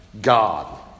God